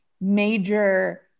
major